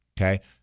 okay